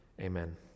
Amen